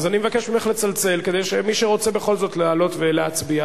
אז אני מבקש ממך לצלצל כדי שמי שרוצה בכל זאת לעלות ולהצביע,